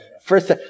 first